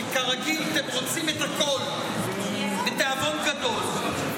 כי כרגיל אתם רוצים את הכול בתאבון גדול,